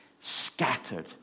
scattered